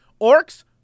Orcs